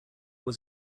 was